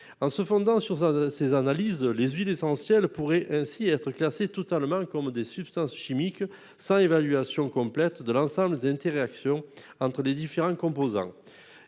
En se fondant sur ces analyses, les huiles essentielles pourraient être classées comme des substances chimiques, sans évaluation complète de l'ensemble des interactions entre les différents composants.